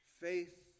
Faith